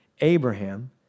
Abraham